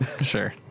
Sure